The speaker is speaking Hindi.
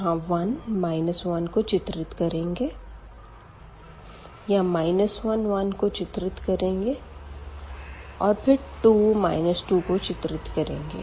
यहाँ 1 1 को चित्रित करेंगे यहाँ यह 1 1 को चित्रित करेंगे और फिर 2 2 को चित्रित करेंगे